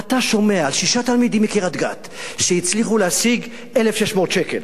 ואתה שומע על שישה תלמידים מקריית-גת שהצליחו להשיג 1,600 שקל,